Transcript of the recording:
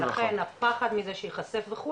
ולכן הפחד מזה שייחשפו,